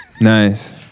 Nice